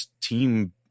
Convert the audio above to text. team